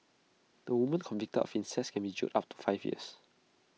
the woman convicted of incest can be jailed up to five years